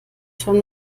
schon